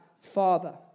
Father